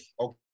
okay